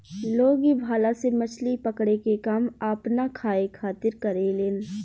लोग ए भाला से मछली पकड़े के काम आपना खाए खातिर करेलेन